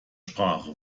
sprache